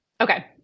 Okay